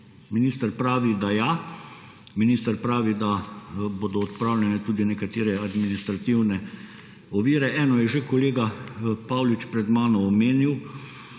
Minister pravi, da ja, minister pravi, da bodo odpravljene tudi nekatere administrativne ovire. Eno je že kolega Paulič pred mano omenil